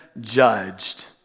judged